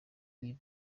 iyi